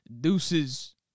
Deuces